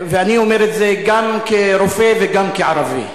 אני אומר את זה גם כרופא וגם כערבי.